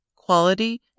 quality